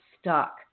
stuck